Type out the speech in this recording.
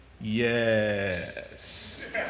yes